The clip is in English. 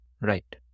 right